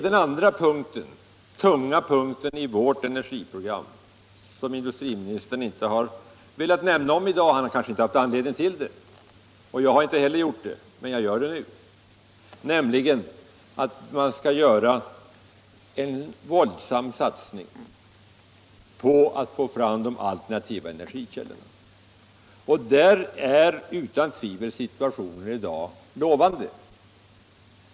Den andra tunga punkten i vårt energiprogram, som industriministern inte har velat omnämna i dag — han har kanske inte haft anledning till det och inte heller jag har gjort det, men jag gör det nu — är att man skall göra en våldsam satsning på att få fram de alternativa energikällorna. Situationen är där i dag utan tvivel lovande.